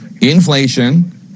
Inflation